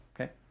okay